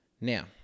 Now